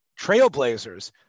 trailblazers